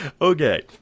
Okay